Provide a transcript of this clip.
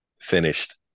finished